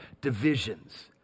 divisions